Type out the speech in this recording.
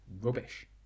rubbish